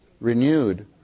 renewed